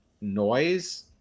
noise